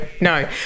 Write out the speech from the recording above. no